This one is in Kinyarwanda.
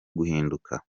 guhinduka